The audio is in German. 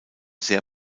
sehr